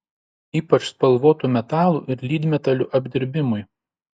ypač spalvotų metalų ir lydmetalių apdirbimui